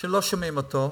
שלא שומעים אותו.